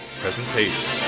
presentation